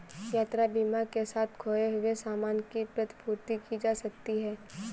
यात्रा बीमा के साथ खोए हुए सामान की प्रतिपूर्ति की जा सकती है